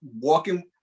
walking